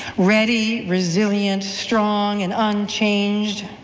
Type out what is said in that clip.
ready, resilient, strong and unchanged.